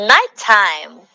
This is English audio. Nighttime